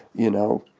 you know,